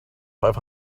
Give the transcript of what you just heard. five